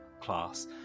class